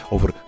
Over